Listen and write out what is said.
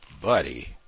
buddy